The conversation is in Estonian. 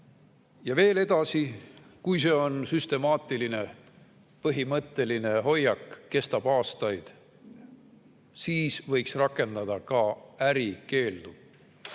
Veel edasi, kui see on süstemaatiline ja see põhimõtteline hoiak kestab aastaid, siis võiks rakendada ka ärikeeldu.